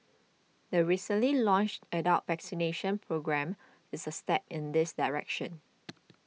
the recently launched adult vaccination programme is a step in this direction